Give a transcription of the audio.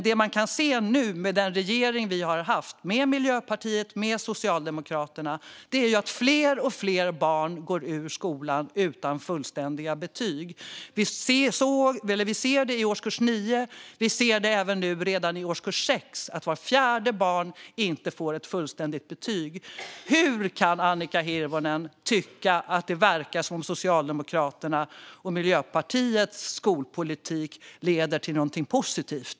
Det man kan se nu med den regering vi har haft med Miljöpartiet och Socialdemokraterna är att fler och fler barn går ut skolan utan fullständiga betyg. Vi ser det i årskurs 9 och vi ser det även nu redan i årskurs 6 att vart fjärde barn inte får ett fullständigt betyg. Hur kan Annika Hirvonen tycka att det verkar som att Socialdemokraternas och Miljöpartiets skolpolitik leder till någonting positivt?